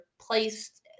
placed